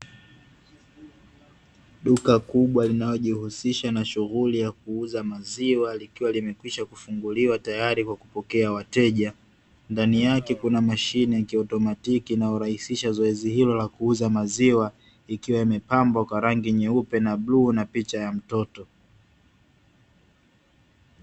Duka kubwa linalojihusisha na shughuli ya kuuza maziwa likiwa limekwisha kufunguliwa tayari kwa kupokea wateja, ndani yake kuna mashine ya kiotomatiki inayorahisisha zoezi hilo la kuuza maziwa ikiwa imepambwa kwa rangi nyeupe na bluu na picha ya mtoto.